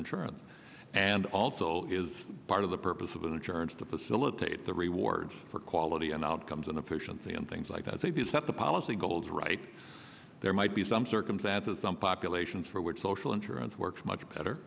insurance and also is part of the purpose of insurance to facilitate the rewards for quality and outcomes and efficiency and things like that so if you set the policy goals right there might be some circumstances some populations for which social insurance works much better